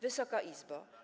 Wysoka Izbo!